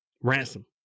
Ransom